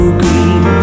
green